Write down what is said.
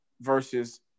versus